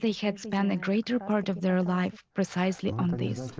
they had spent the greater part of their life precisely on this.